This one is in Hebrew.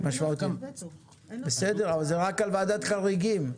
זה רק על ועדת חריגים.